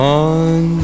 on